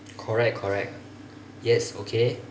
correct correct yes okay